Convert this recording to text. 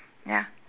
ya